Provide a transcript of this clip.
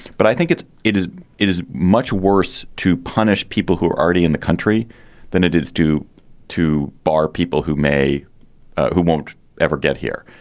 but i think it's it is it is much worse to punish people who are already in the country than it is to to bar people who may who won't ever get here.